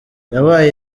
yabaye